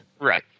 Right